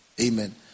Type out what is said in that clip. Amen